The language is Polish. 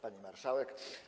Pani Marszałek!